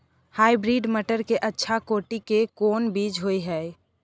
Hybrid मटर के अच्छा कोटि के कोन बीज होय छै?